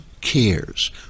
cares